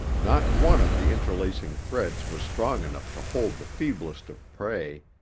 not one of the interlacing threads was strong enough to hold the feeblest of prey,